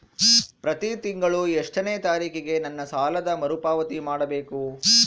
ಪ್ರತಿ ತಿಂಗಳು ಎಷ್ಟನೇ ತಾರೇಕಿಗೆ ನನ್ನ ಸಾಲದ ಮರುಪಾವತಿ ಮಾಡಬೇಕು?